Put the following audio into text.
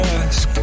ask